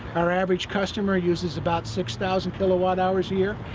our average customer uses about six thousand kilowatt hours a year.